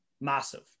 Massive